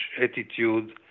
attitude